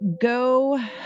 go